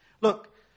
Look